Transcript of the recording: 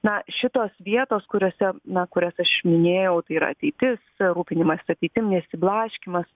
na šitos vietos kuriose na kurias aš minėjau tai yra ateitis rūpinimąsi ateitim nesiblaškymas